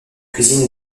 cuisine